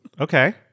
Okay